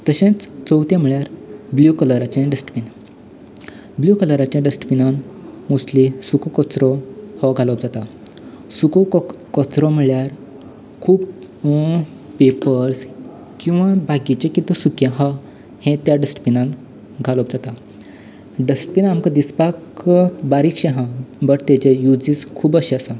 तशेंच चवथे म्हणल्यार ब्ल्यू कलराचें डस्टबीन ब्ल्यू कलराचें डस्टबिनांत मोस्टली सूको कचरो हो घालप जाता सूको कचरो म्हणल्यार खूब पेपर्स किंवा बाकीचें कितें सूकें आसा हें त्या डस्टबिनांत घालप जाता डस्टबीन आमकां दिसपाक बारीकशें आसा बट ताजे यूजीस खूब अशें आसा